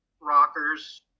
rockers